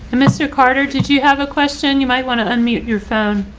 and mr. carter, did you have a question? you might want to unmute your phone.